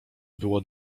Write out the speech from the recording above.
było